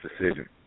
decision